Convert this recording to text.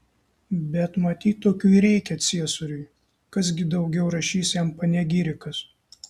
bet matyt tokių ir reikia ciesoriui kas gi daugiau rašys jam panegirikas